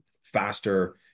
faster